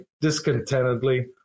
discontentedly